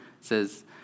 says